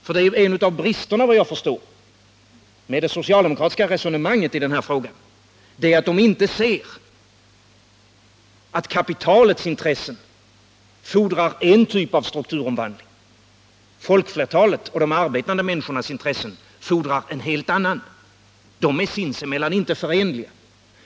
Enligt vad jag förstår är en av bristerna i socialdemokraternas resonemang i denna fråga att de inte ser att kapitalets intressen fordrar en typ av strukturomvandling, folkflertalets och de arbetande människornas intressen fordrar en helt annan. De är sins emellan inte förenliga.